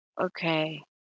okay